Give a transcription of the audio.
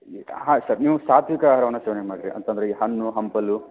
ಹಾಂ ಸರ್ ನೀವು ಸಾತ್ವಿಕ ಆಹಾರವನ್ನು ಸೇವನೆ ಮಾಡಿರಿ ಅಂತಂದರೆ ಈ ಹಣ್ಣು ಹಂಪಲು